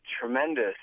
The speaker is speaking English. tremendous